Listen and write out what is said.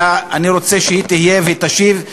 אלא אני רוצה שהיא תהיה ותשיב,